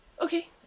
Okay